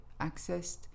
accessed